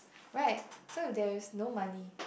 right so if there is no money